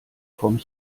vom